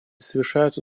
совершаются